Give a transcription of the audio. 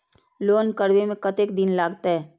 Loan करबे में कतेक दिन लागते?